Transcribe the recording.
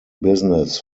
business